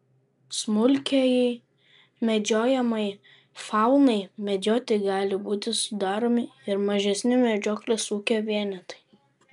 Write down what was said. smulkiajai medžiojamajai faunai medžioti gali būti sudaromi ir mažesni medžioklės ūkio vienetai